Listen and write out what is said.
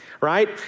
right